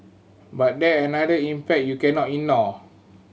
but there another impact you cannot ignore